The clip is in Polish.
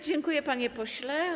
Dziękuję, panie pośle.